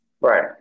right